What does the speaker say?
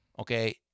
Okay